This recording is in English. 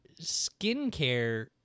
skincare